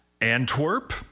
Antwerp